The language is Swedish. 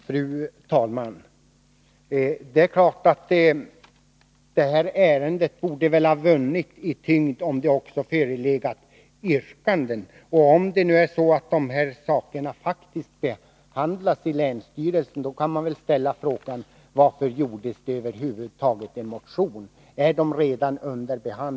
Fru talman! Det är klart att detta ärende hade vunnit i tyngd om det också hade förelegat yrkanden. Om det nu är så att de här sakerna faktiskt behandlas i länsstyrelsen kan man ställa frågan: Varför väcktes det över huvud taget en motion? Är frågorna redan under behandling?